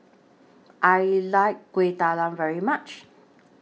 I like Kuih Talam very much